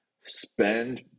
spend